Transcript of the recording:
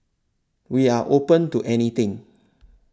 we are open to anything